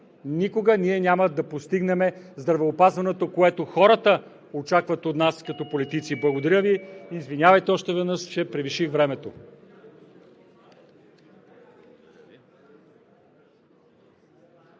никога няма да постигнем здравеопазването, което хората очакват от нас като политици. Благодаря Ви. Извинявайте още веднъж, че превиших времето.